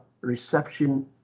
reception